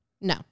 No